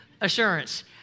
assurance